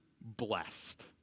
blessed